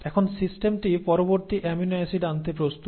এখন সিস্টেমটি পরবর্তী অ্যামিনো অ্যাসিড আনতে প্রস্তুত